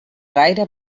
gaire